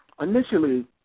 Initially